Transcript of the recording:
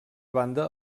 banda